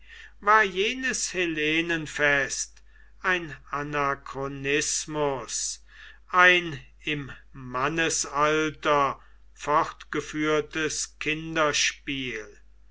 war jenes hellenenfest ein anachronismus ein im mannesalter fortgeführtes kinderspiel